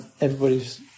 Everybody's